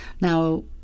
Now